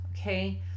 okay